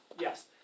yes